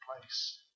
place